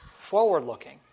forward-looking